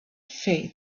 faith